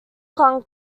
clung